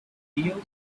deal